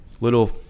little